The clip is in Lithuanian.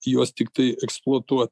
juos tiktai eksploatuoti